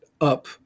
up